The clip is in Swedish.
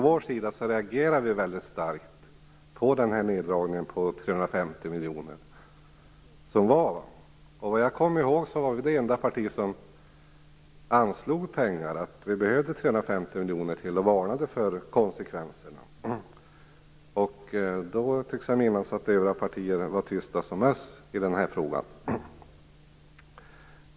Vi reagerade väldigt starkt på neddragningen på 350 miljoner. Vad jag kan komma ihåg var vi det enda parti som ansåg att vi behövde 350 miljoner till. Vi varnade för konsekvenserna. Vad jag minns var övriga partier tysta som möss i den här frågan.